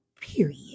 Period